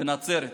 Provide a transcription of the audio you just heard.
בנצרת.